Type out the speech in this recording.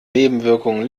nebenwirkungen